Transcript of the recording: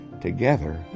Together